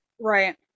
Right